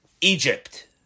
Egypt